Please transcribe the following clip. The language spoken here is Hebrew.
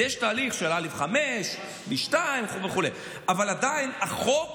יש תהליך של א5, B2 וכו', אבל עדיין החוק